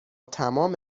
تمام